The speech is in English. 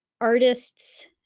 artists